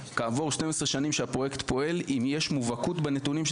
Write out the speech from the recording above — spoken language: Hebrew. כעבור 12 שנים שהפרויקט פועל אם יש מובהקות בנתונים,